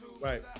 Right